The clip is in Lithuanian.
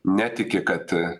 netiki kad